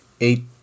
eight